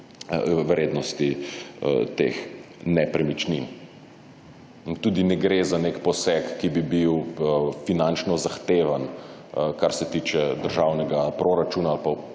vrednosti teh nepremičnin. In tudi ne gre za nek poseg, ki bi bil finančno zahteven, kar se tiče državnega proračuna